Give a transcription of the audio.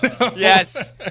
Yes